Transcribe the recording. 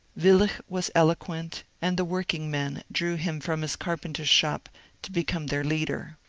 willich was eloquent, and the work ingmen drew him from his carpenter's shop to become their leader.